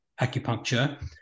acupuncture